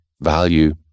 value